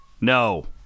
No